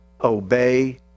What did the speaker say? obey